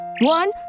One